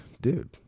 dude